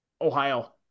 Ohio